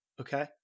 okay